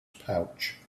pouch